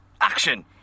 action